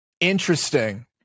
Interesting